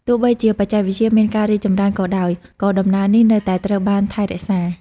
ទោះបីជាបច្ចេកវិទ្យាមានការរីកចម្រើនក៏ដោយ ក៏ដំណើរនេះនៅតែត្រូវបានថែរក្សា។